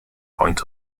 point